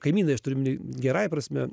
kaimynai aš turiu omeny gerąja prasme